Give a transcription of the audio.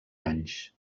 anys